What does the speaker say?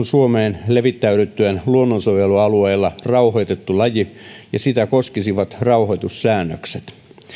suomeen levittäydyttyään luonnonsuojelualueella rauhoitettu laji ja sitä koskisivat rauhoitussäännökset